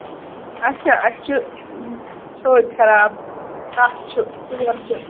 اَچھا اَسہِ چھُ صحت خراب تف چھِ تٍر چھِ